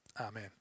Amen